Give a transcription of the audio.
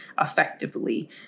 effectively